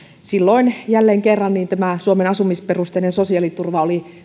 silloin jälleen kerran tämänkin direktiivin kohdalla tämä suomen asumisperusteinen sosiaaliturva oli